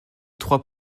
trois